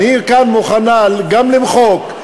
היא כאן מוכנה גם למחוק,